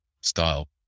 style